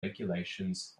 regulations